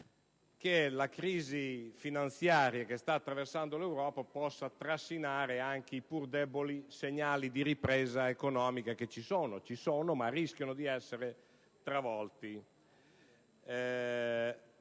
che la crisi finanziaria che sta attraversando l'Europa possa trascinare anche i pur deboli segnali di ripresa economica, che ci sono ma rischiano di essere travolti.